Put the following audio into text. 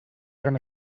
gran